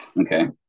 Okay